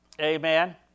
Amen